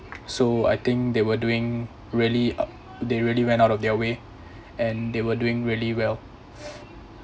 so I think they were doing really uh they really went out of their way and they were doing really well